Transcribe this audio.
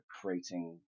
creating